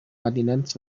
continents